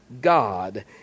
God